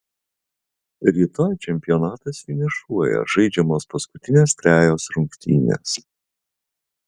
rytoj čempionatas finišuoja žaidžiamos paskutinės trejos rungtynės